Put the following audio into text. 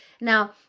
now